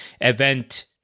event